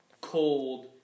cold